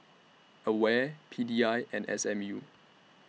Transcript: AWARE P D I and S M U